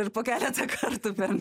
ir po keletą kartų per